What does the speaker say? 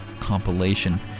compilation